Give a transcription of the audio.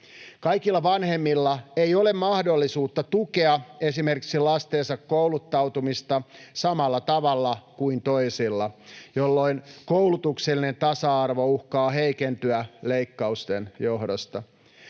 Kaikilla vanhemmilla ei ole mahdollisuutta tukea esimerkiksi lastensa kouluttautumista samalla tavalla kuin toisilla, jolloin koulutuksellinen tasa-arvo uhkaa heikentyä leikkausten johdosta.